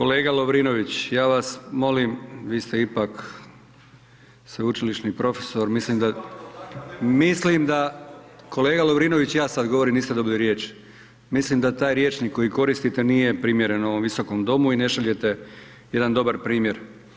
Kolega Lovrnivić, ja vas molim, vi ste ipak sveučilišni profesor, mislim da … [[Upadica se ne čuje.]] kolega Lovrinović ja sada govorim, niste dobili riječ, mislim da taj rječnik koji koristite, nije primjeren ovom Visokom domu i ne šaljete jedan dobar primjer.